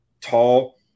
tall